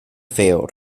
feo